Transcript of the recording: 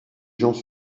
gens